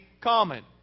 common